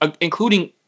including